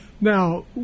Now